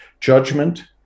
Judgment